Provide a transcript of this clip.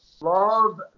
love